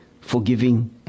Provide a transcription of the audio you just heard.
forgiving